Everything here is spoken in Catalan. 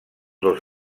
dos